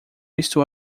estou